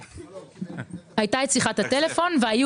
הייתה שיחת הטלפון והיה